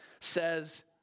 says